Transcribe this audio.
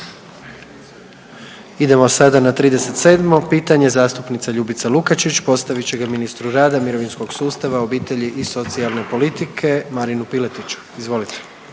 Idemo sada na 37 pitanje, zastupnica Ljubica Lukačić postavit će ga ministru rada, mirovinskog sustava, obitelji i socijalne politike Marinu Piletiću. Izvolite.